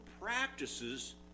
practices